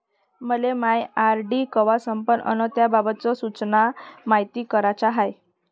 मले मायी आर.डी कवा संपन अन त्याबाबतच्या सूचना मायती कराच्या हाय